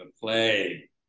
play